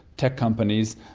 tech companies,